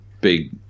big